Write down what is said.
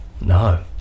No